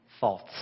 faults